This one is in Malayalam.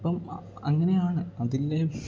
അപ്പം അങ്ങനെയാണ് അതില്ലേ